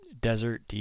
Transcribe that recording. desert